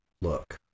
look